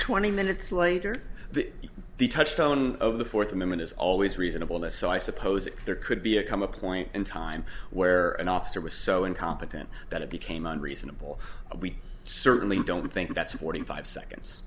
twenty minutes later that the touchstone of the fourth amendment is always reasonable and so i suppose there could be a come a point in time where an officer was so incompetent that it became a reasonable we certainly don't think that's a forty five seconds